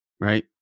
right